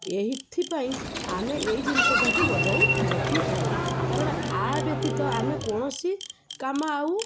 ଏଥିପାଇଁ ଆମେ ଏଇ ଜିନିଷଟାକୁ ବଜାଇ ରଖିଥାଉ କାରଣ ଆ ବ୍ୟତୀତ ଆମେ କୌଣସି କାମ ଆଉ